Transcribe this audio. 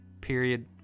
period